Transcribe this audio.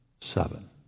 seven